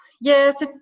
Yes